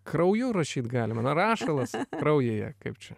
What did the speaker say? krauju rašyt galima na rašalas kraujyje kaip čia